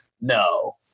No